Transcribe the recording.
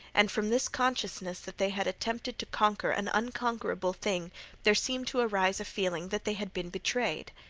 and from this consciousness that they had attempted to conquer an unconquerable thing there seemed to arise a feeling that they had been betrayed.